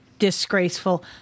disgraceful